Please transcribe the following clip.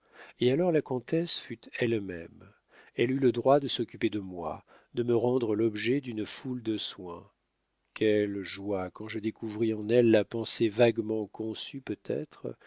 et alors la comtesse fut elle-même elle eut le droit de s'occuper de moi de me rendre l'objet d'une foule de soins quelle joie quand je découvris en elle la pensée vaguement conçue peut-être